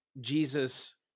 Jesus